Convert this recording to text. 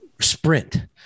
sprint